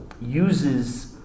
uses